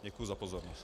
Děkuji za pozornost.